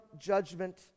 judgment